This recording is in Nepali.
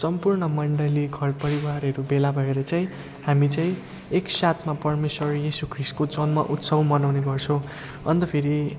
सम्पूर्ण मण्डली घरपरिवारहरू भेला भएर चाहिँ हामी चाहिँ एक साथमा परमेश्वर यिसू ख्रिस्टको जन्म उत्सव मनाउने गर्छौँ अन्त फेरि